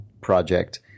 project